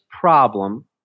problem